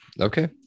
okay